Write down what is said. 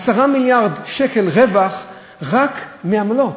10 מיליארד שקל רווח רק מעמלות.